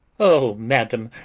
o madam,